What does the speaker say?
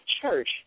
church